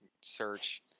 search